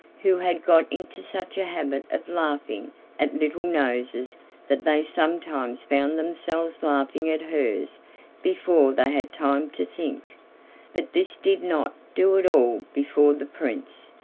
who had got into such a habit of laughing at little noses that they sometimes found themselves laughing at hers before they had time to think but this did not do at all before the prince,